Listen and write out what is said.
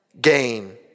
Gain